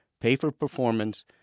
pay-for-performance